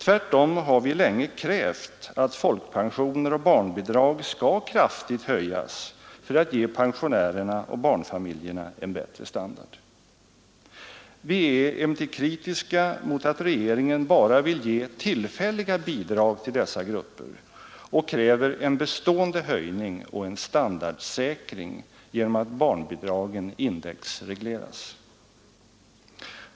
Tvärtom har vi länge krävt att folkpensioner och barnbidrag skall kraftigt höjas för att ge pensionärerna och barnfamiljerna en bättre standard. Vi är emellertid kritiska mot att regeringen bara vill ge tillfälliga bidrag till dessa grupper. Vi kräver en bestående höjning och en standardsäkring genom att barnbidragen indexregleras.